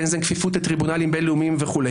בין אם זה כפיפות לטריבונלים בין-לאומיים וכו',